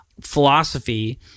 philosophy